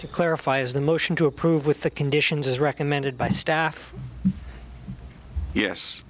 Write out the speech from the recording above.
to clarify is the motion to approve with the conditions as recommended by staff yes